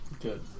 good